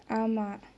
ஆமா:aama